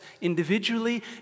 individually